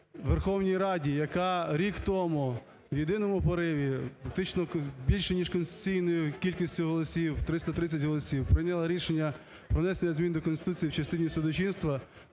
Верховній Раді, яка рік тому у єдиному пориві, фактично, більше ніж конституційною кількістю голосів – 330 голосів, прийняла рішення про внесення змін до Конституції в частині судочинства,